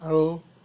আৰু